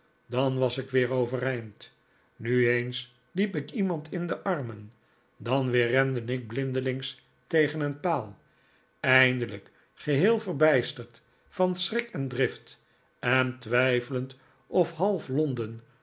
dan was ik weer overeind nu eens liep ik iemand in de armen dan weer rende ik blindelings tegen een paal eindelijk geheel verbijsterd van schrik en drift en twijfelend of half